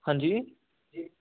ਹਾਂਜੀ